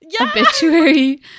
obituary